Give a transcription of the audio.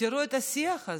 ותראו את השיח הזה.